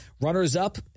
Runners-up